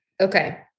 Okay